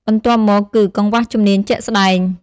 បន្ទាប់មកគឺ កង្វះជំនាញជាក់ស្តែង។